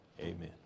Amen